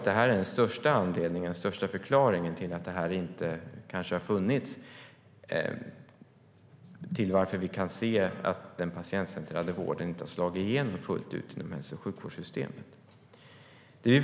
Detta är den största förklaringen till att vi kan se att den patientcentrerade vården inte har slagit igenom fullt ut inom hälso och sjukvårdssystemet.